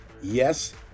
Yes